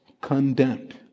condemned